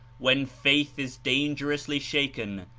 when faith is dangerously shaken,